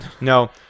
No